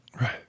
right